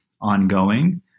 ongoing